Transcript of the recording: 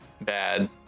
bad